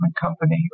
company